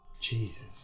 Jesus